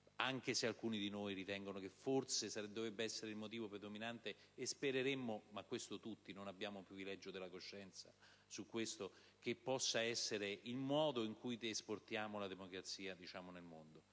anche se alcuni di noi ritengono che forse dovrebbe essere il motivo predominante, e spereremmo (ma questo tutti: non abbiamo il privilegio della coscienza) che questo possa essere il modo in cui esportiamo la democrazia, diciamo,